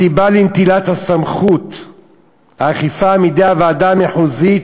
הסיבה לנטילת סמכות האכיפה מידי הוועדה המחוזית